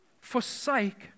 forsake